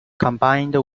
combined